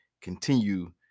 continue